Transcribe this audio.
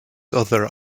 other